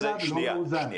האיזון שהגעתם אליו לא מאוזן.